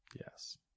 Yes